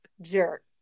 jerk